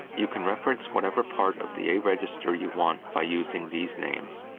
you can reference whatever part of the register you want by using these names.